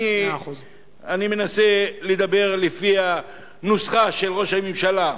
אני מנסה לדבר על-פי הנוסחה של ראש הממשלה,